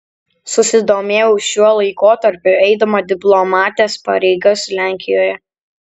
susidomėjau šiuo laikotarpiu eidama diplomatės pareigas lenkijoje